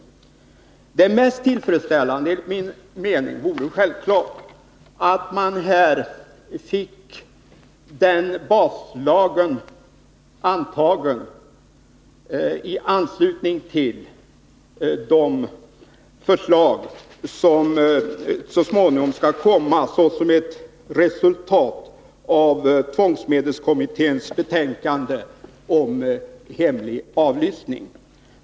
Det mest tillfredsställande enligt min mening vore självklart att man fick den baslagen antagen i anslutning till behandlingen av de förslag som så småningom skall komma såsom ett resultat av tvångsmedelskommitténs betänkande om hemlig avlyssning.